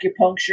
acupuncture